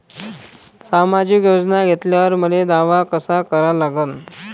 सामाजिक योजना घेतल्यावर मले दावा कसा करा लागन?